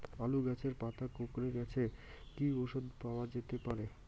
আলু গাছের পাতা কুকরে গেছে কি ঔষধ দেওয়া যেতে পারে?